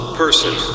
person